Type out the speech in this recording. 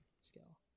scale